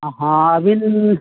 ᱦᱮᱸ ᱟᱹᱵᱤᱱ